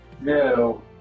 No